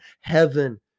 heaven